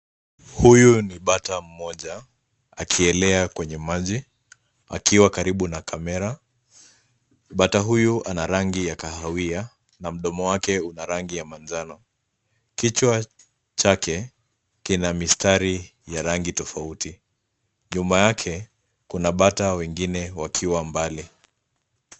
Huyu ni bata mmoja akielea kwenye maji akiwa karibu na kamera bata huyu anarangi ya kahawia na mdomo wake unarangi ya manjano kichwa chake kina mistari ya rangi tofauti nyumba yake kuna bata wengine wakiwa mbali.